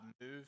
move